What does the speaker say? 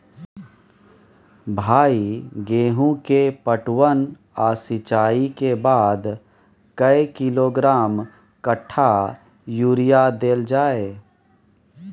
भाई गेहूं के पटवन आ सिंचाई के बाद कैए किलोग्राम कट्ठा यूरिया देल जाय?